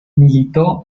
militó